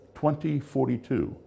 2042